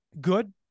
Good